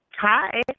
Hi